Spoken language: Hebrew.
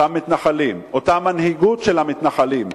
אותם מתנחלים, אותה מנהיגות של המתנחלים.